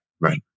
Right